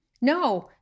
no